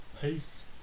Peace